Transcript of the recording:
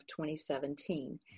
2017